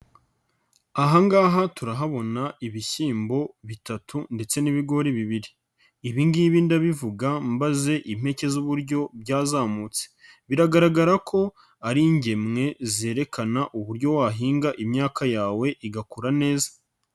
Aha ngaha turahabona ibishyimbo bitatu ndetse n'ibigori bibiri. Ibi ngibi ndabivuga mbaze impeke z'uburyo byazamutse. Biragaragara ko ari ingemwe zerekana uburyo wahinga imyaka yawe igakura neza.